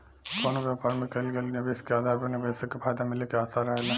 कवनो व्यापार में कईल गईल निवेश के आधार पर निवेशक के फायदा मिले के आशा रहेला